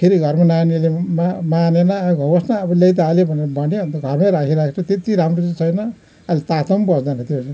फेरि घरमा नानीहरूले मा मानेन होस् न अब ल्याई त हाल्यो भनेर भन्यो अन्त घरमै राखिरहेको छु तर त्यति राम्रो चाहिँ छैन अझै तातो पनि बस्दैन त्यो